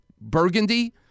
burgundy